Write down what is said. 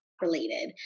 Related